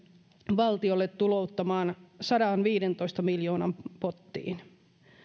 valtiolle tulouttamaan sadanviidentoista miljoonan pottiin